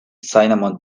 cinnamon